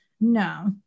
No